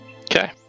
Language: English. Okay